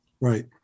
Right